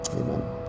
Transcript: Amen